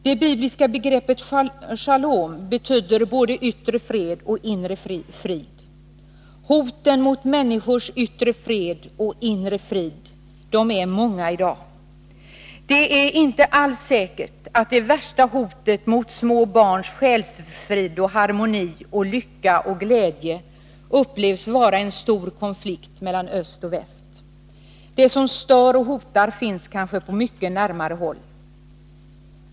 Det bibliska begreppet shalom betyder både yttre fred och inre frid. Hoten mot människors yttre fred och inre frid är många i dag. Det är inte alls säkert att det värsta hotet mot små barns själsfrid, harmoni, lycka och glädje upplevs vara en stor konflikt mellan öst och väst. Det som stör och hotar finns kanske på mycket närmare håll.